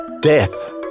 Death